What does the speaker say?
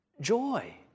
Joy